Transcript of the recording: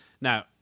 Now